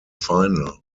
final